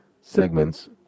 segments